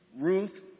Ruth